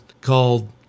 called